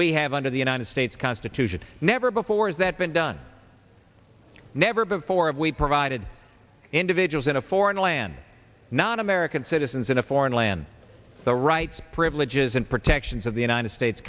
we have under the united states constitution never before has that been done never before have we provided individuals in a foreign land not american citizens in a foreign land the rights privileges and protections of the united states